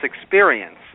experience